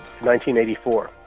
1984